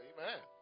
Amen